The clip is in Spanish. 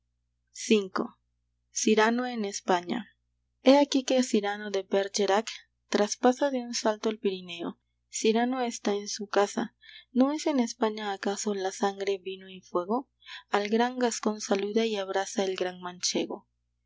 v cyrano en españa he aquí que cyrano de bergerac traspasa de un salto el pirineo cyrano está en su casa no es en españa acaso la sangre vino y fuego al gran gascón saluda y abraza el gran manchego